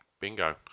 Bingo